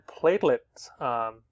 platelets